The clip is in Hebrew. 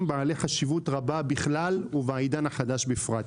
בעלי חשיבות רבה בכלל ובעידן החדש בפרט.